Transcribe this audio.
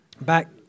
back